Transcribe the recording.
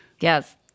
Yes